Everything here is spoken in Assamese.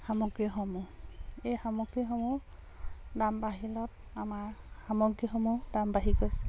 সামগ্ৰীসমূহ এই সামগ্ৰীসমূহ দাম বাঢ়িলত আমাৰ সামগ্ৰীসমূহ দাম বাঢ়ি গৈছে